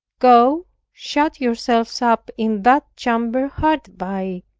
go shut yourselves up in that chamber hard by,